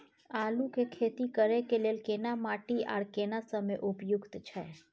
आलू के खेती करय के लेल केना माटी आर केना समय उपयुक्त छैय?